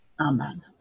Amen